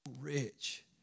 rich